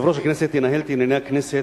"יושב-ראש הכנסת ינהל את ענייני הכנסת,